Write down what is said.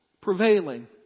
prevailing